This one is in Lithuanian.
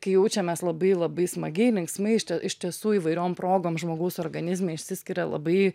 kai jaučiamės labai labai smagiai linksmai iš tie iš tiesų įvairiom progom žmogaus organizme išsiskiria labai